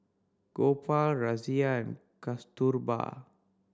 Gopal Razia and Kasturba